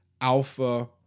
alpha